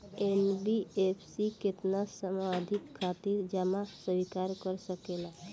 NBFC केतना समयावधि खातिर जमा स्वीकार कर सकला?